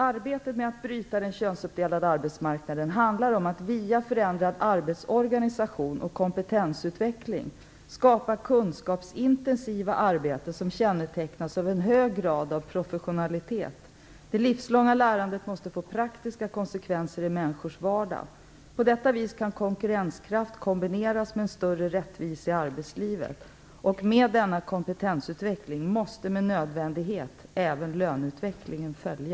Arbetet med att bryta den könsuppdelade arbetsmarknaden handlar om att via förändrad arbetsorganisation och kompetensutveckling skapa kunskapsintensiva arbeten som kännetecknas av en hög grad av professionalitet. Det livslånga lärandet måste få praktiska konsekvenser i människors vardag. På detta vis kan konkurrenskraft kombineras med en större rättvisa i arbetslivet. Med denna kompetensutveckling måste med nödvändighet även löneutveckling följa.